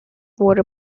wurde